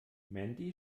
mandy